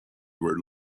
were